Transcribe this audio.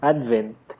Advent